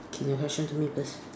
okay the question to me the